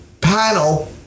panel